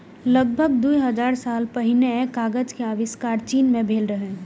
लगभग दू हजार साल पहिने कागज के आविष्कार चीन मे भेल रहै